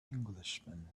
englishman